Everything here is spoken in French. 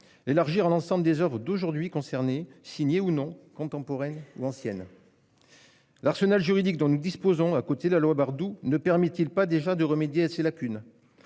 phénomène, à l'ensemble des oeuvres aujourd'hui concernées, signées ou non, contemporaines ou anciennes. L'arsenal juridique dont nous disposons à côté de la loi Bardoux ne permet-il pas déjà de remédier à ses lacunes ?